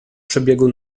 przebiegu